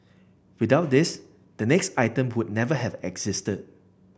without this the next item would never have existed